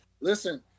listen